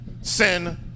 sin